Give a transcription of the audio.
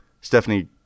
Stephanie